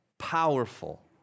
powerful